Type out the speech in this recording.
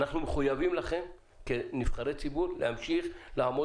אנחנו מחויבים לכם כנבחרי ציבור לעמוד